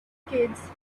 kids